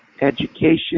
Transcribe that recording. education